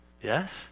yes